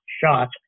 shot